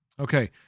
Okay